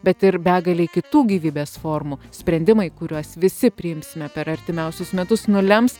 bet ir begalei kitų gyvybės formų sprendimai kuriuos visi priimsime per artimiausius metus nulems